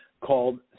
called